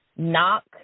Knock